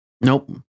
Nope